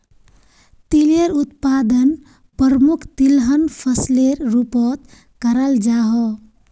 तिलेर उत्पादन प्रमुख तिलहन फसलेर रूपोत कराल जाहा